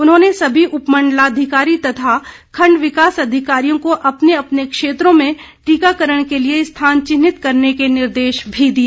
उन्होंने सभी उमण्डलाधिकारी तथा खण्ड विकास अधिकारियों को अपने अपने क्षेत्रों में टीकाकरण के लिए स्थान चिन्हित करने के निर्देश भी दिए